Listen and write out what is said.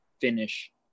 finish